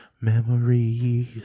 Memories